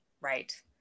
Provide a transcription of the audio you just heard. Right